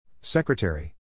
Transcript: Secretary